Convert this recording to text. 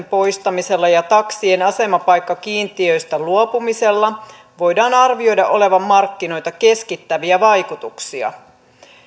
poistamisella ja taksien asemapaikkakiintiöistä luopumisella voidaan arvioida olevan markkinoita keskittäviä vaikutuksia